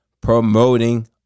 promoting